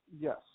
Yes